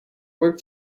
work